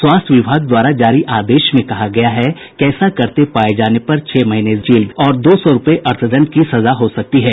स्वास्थ्य विभाग द्वारा जारी आदेश में कहा गया है कि ऐसा करते पाए जाने पर छह महीने जेल और दो सौ रूपये अर्थदंड तक की सजा हो सकती है